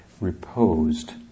reposed